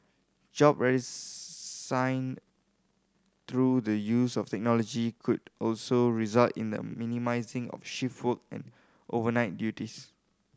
job through the use of technology could also result in the minimising of shift work and overnight duties